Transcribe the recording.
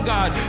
God